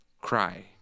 cry